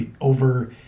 over